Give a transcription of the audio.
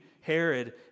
Herod